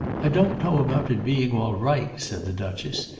i don't know about being all right, said the duchess.